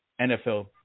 NFL